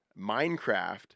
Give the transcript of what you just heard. Minecraft